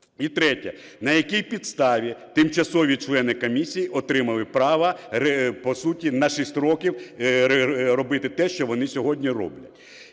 І третє. На якій підставі тимчасові члени комісії отримали право, по суті, на 6 років робити те, що вони сьогодні роблять?